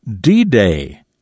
D-Day